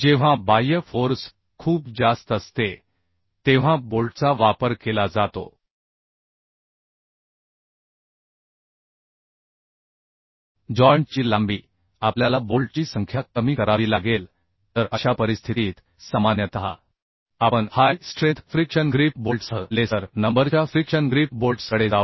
जेव्हा बाह्य फोर्स खूप जास्त असते जॉइंटच्या कमी लांबीमध्ये बोल्ट सामावून घेण्यासाठी जॉइन्टची लांबी आपल्याला बोल्टची संख्या कमी करावी लागेल तर अशा परिस्थितीत सामान्यतः आपन हाय स्ट्रेन्थ फ्रिक्शन ग्रिप बोल्टसह लेसर नंबरच्या फ्रिक्शन ग्रिप बोल्टस कडे जाऊ